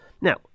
Now